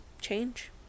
change